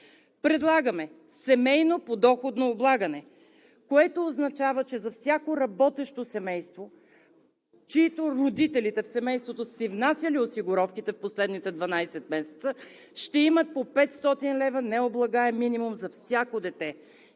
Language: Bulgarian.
предлагаме семейно подоходно облагане, което означава, че за всяко работещо семейство, чийто родители в семейството са си внасяли осигуровките в последните 12 месеца, ще имат по 500 лв. необлагаем минимум за всяко дете,